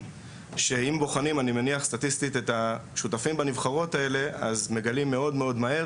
שאם בוחנים אני מניח סטטיסטית את השותפים בנבחרות האלה אז מגלים מאד מהר